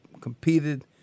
competed